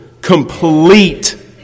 complete